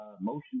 Motion